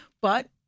But-